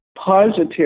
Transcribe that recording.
positive